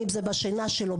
אם זה בשינה שלו,